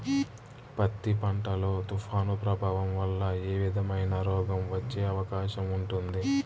పత్తి పంట లో, తుఫాను ప్రభావం వల్ల ఏ విధమైన రోగం వచ్చే అవకాశం ఉంటుంది?